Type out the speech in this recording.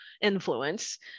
influence